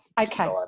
Okay